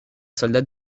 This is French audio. soldat